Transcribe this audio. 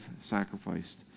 sacrificed